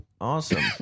Awesome